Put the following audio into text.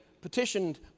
petitioned